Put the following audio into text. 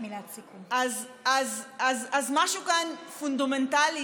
אז משהו כאן פונדמנטלי,